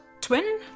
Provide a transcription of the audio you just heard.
twin